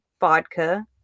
vodka